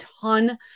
ton